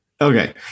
Okay